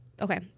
Okay